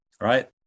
right